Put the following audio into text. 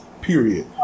period